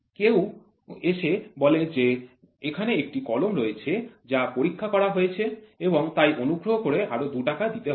যদি কেউ এসে বলে যে এখানে একটি কলম রয়েছে যা পরীক্ষা করা হয়েছে এবং তাই অনুগ্রহ করে আরও ২ টাকা দিতে হবে